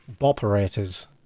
operators